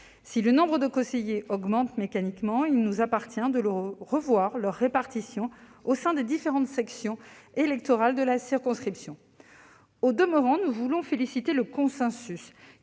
Si le nombre de conseillers augmente mécaniquement, il nous appartient de revoir leur répartition au sein des différentes sections électorales de la circonscription. Au demeurant, nous voulons nous féliciter du consensus